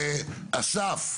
אהה אסף.